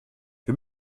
wir